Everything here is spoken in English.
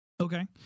Okay